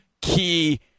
key